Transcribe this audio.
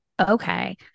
Okay